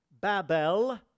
Babel